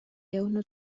jõudnud